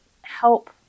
help